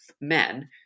men